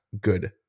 good